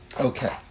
Okay